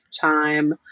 time